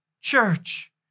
Church